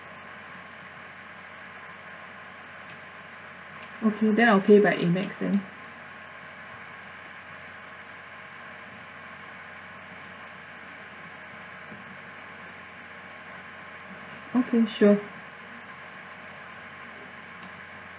okay then I'll pay by amex then okay sure